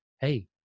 hey